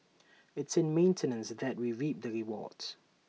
it's in maintenance that we reap rewards